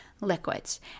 liquids